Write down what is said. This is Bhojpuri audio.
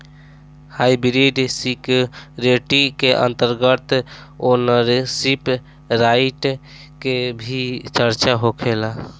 हाइब्रिड सिक्योरिटी के अंतर्गत ओनरशिप राइट के भी चर्चा होखेला